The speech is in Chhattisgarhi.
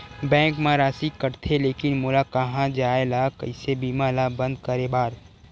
बैंक मा राशि कटथे लेकिन मोला कहां जाय ला कइसे बीमा ला बंद करे बार?